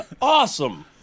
awesome